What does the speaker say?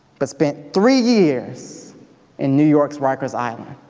but spent three years in new york's rikers island.